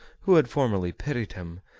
who had formerly pitied him,